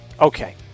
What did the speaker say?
okay